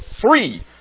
three